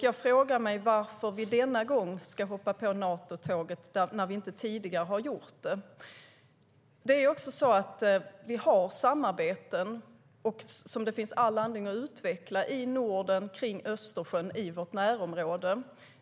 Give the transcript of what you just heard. Jag frågar mig varför vi denna gång ska hoppa på Natotåget när vi tidigare inte har gjort det. Vi har samarbeten som det finns all anledning att utveckla, i Norden, kring Östersjön och i vårt närområde.